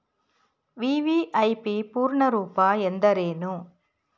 VVIP ಪೂರ್ಣ ರೂಪ ಎಂದರೇನು?